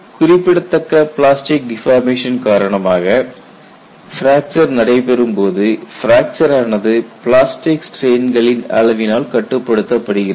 குறிப்பிடத்தக்க plastic deformation காரணமாக fracture நடைபெறும்போது பிராக்சர் ஆனது பிளாஸ்டிக் ஸ்ட்ரெயின்களின் அளவினால் கட்டுப்படுத்தப்படுகிறது